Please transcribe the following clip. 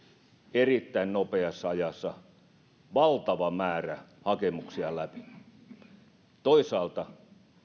erittäin nopeassa ajassa valtava määrä hakemuksia läpi toisaalta